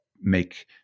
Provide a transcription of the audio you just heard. make